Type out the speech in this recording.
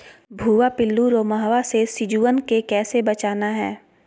भुवा पिल्लु, रोमहवा से सिजुवन के कैसे बचाना है?